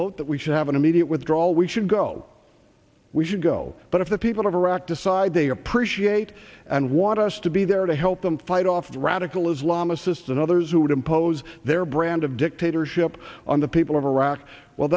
vote that we should have an immediate withdrawal we should go we should go but if the people of iraq decide they appreciate and want us to be there to help them fight off the radical islam assist and others who would impose their brand of dictatorship on the people of iraq well